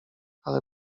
ale